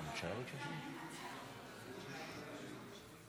אני קובע כי הצעת חוק הפיקוח על שירותים